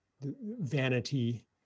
vanity